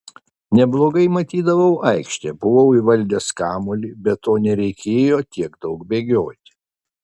neblogai matydavau aikštę buvau įvaldęs kamuolį be to nereikėjo tiek daug bėgioti